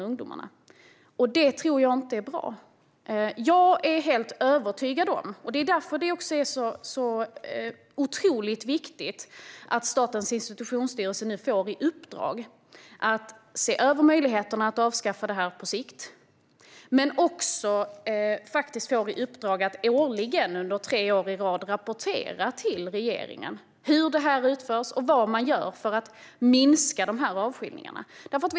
Det är inte bra. Det är därför det är så otroligt viktigt att Statens institutionsstyrelse får i uppdrag att se över möjligheten att avskaffa avskiljning på sikt och även får i uppdrag att årligen, tre år i rad, rapportera till regeringen hur avskiljningar utförs och vad man gör för att minska antalet fall.